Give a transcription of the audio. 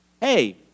hey